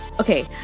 Okay